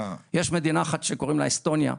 יש מדינה אחת שקוראים לה אסטוניה,